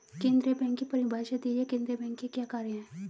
केंद्रीय बैंक की परिभाषा दीजिए केंद्रीय बैंक के क्या कार्य हैं?